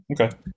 Okay